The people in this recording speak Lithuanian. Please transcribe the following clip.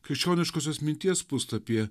krikščioniškosios minties puslapyje